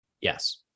Yes